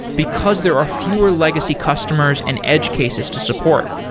because there are fewer legacy customers and edge cases to support.